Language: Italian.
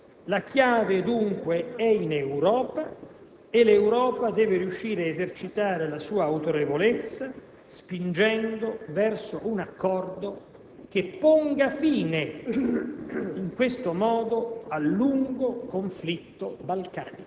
Noi speriamo in questo negoziato bilaterale, cui l'Europa dovrà dare un grande impulso, considerata la sua funzione chiave nella Regione. Il futuro della Serbia non può prescindere dall'Unione europea,